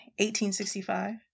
1865